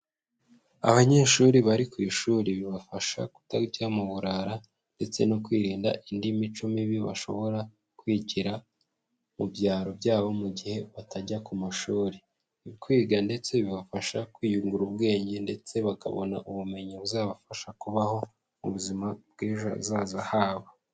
Abanyeshuri bari ku ishuri bibafasha kutajya mu burara ndetse no kwirinda indi mico mibi bashobora kwigira mu byaro byabo mu gihe batajya ku mashuri. Kwiga ndetse bibafasha kwiyungura ubwenge ndetse bakabona ubumenyi buzabafasha kubaho mu buzima bw'ejo hazaza habo.